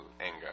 anger